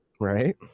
Right